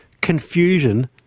confusion